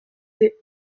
des